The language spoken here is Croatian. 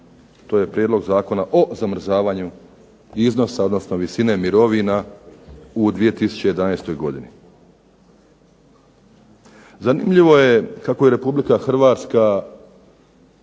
to je prijedlog zakona o zamrzavanju iznosa, odnosno visine mirovina u 2011. godini. Zanimljivo je kako je RH sa